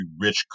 rich